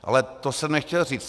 Ale to jsem nechtěl říct.